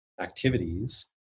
activities